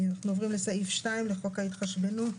אנחנו עוברים לסעיף 2 לחוק ההתחשבנות.